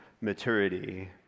maturity